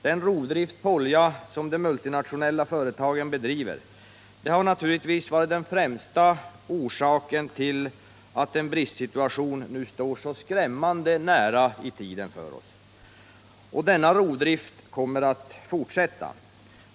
Den rovdrift på olja som de multinationella företagen bedrivit har naturligtvis varit den främsta orsaken till att en bristsituation nu står skrämmande nära i tiden. Och denna rovdrift kommer att fortsätta.